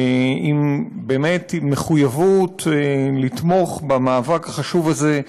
באמת עם מחויבות לתמוך במאבק החשוב הזה,